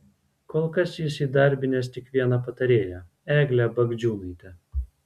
kol kas jis įdarbinęs tik vieną patarėją eglę bagdžiūnaitę